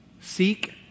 seek